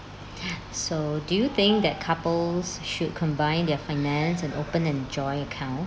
so do you think that couples should combine their finance and open an joint account